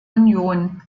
union